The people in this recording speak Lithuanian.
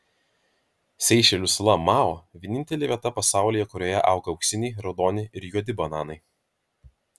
seišelių sala mao vienintelė vieta pasaulyje kurioje auga auksiniai raudoni ir juodi bananai